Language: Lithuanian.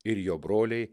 ir jo broliai